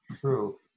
true